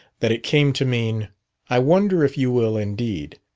that it came to mean i wonder if you will indeed.